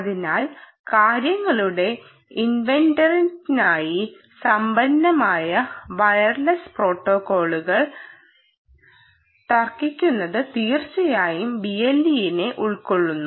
അതിനാൽ കാര്യങ്ങളുടെ ഇൻറർനെറ്റിനായി സമ്പന്നമായ വയർലെസ് പ്രോട്ടോക്കോളുകൾ തർക്കിക്കുന്നത് തീർച്ചയായും BLE നെ ഉൾക്കൊള്ളുന്നു